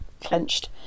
clenched